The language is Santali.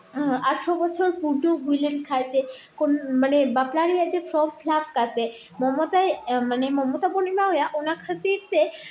ᱟᱴᱷᱨᱚ ᱵᱚᱪᱷᱚᱨ ᱯᱩᱨᱱᱚ ᱦᱩᱭ ᱞᱮᱱᱠᱷᱟᱡ ᱡᱮ ᱢᱟᱱᱮ ᱵᱟᱯᱞᱟ ᱨᱮᱭᱟᱜ ᱡᱮ ᱯᱷᱨᱚᱢ ᱯᱷᱤᱞᱟᱯ ᱠᱟᱛᱮᱫ ᱢᱚᱢᱚᱛᱟᱭ ᱢᱟᱱᱮ ᱢᱚᱢᱚᱛᱟ ᱵᱚᱱ ᱮᱢᱟ ᱟᱭᱟ ᱚᱱᱟ ᱠᱷᱟᱹᱛᱤᱨ ᱛᱮ